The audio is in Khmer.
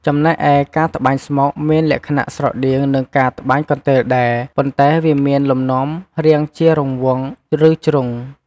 ចំណែកឯការត្បាញស្មុកមានលក្ខណៈស្រដៀងនឹងការត្បាញកន្ទេលដែរ ប៉ុន្តែវាមានលំនាំរាងជារង្វង់ ឬជ្រុង។